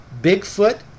Bigfoot